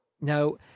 Now